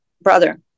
brother